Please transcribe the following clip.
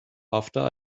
after